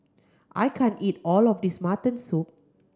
I can't eat all of this mutton soup